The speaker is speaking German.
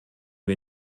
wir